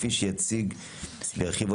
כפי שיציג וירחיב,